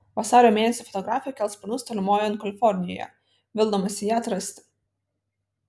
vasario mėnesį fotografė kels sparnus tolimojon kalifornijoje vildamasi ją atrasti